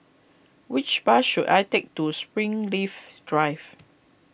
which bus should I take to Springleaf Drive